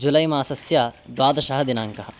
जुलै मासस्य द्वादशः दिनाङ्कः